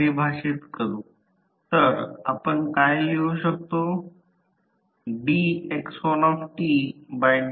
आता भारित करा ज्यावर जास्तीत जास्त कार्यक्षमता उद्भवते जे एकल पॉवर फॅक्टर त दिलेली 15 KVA आहे त्या एकल पॉवर फॅक्टर तील 15 KVA ची 0